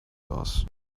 aus